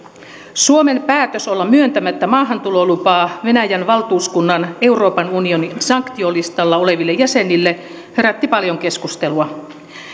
suomen päätös olla myöntämättä maahantulolupaa venäjän valtuuskunnan euroopan unionin sanktiolistalla oleville jäsenille herätti paljon keskustelua